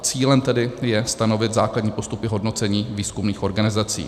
Cílem tedy je stanovit základní postupy hodnocení výzkumných organizací.